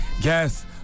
guess